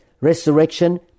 Resurrection